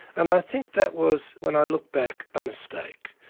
and i think that was when i look back a mistake.